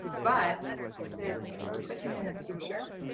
but i said put him in the picture.